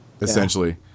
essentially